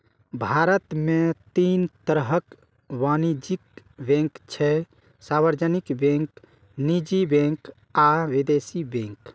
भारत मे तीन तरहक वाणिज्यिक बैंक छै, सार्वजनिक बैंक, निजी बैंक आ विदेशी बैंक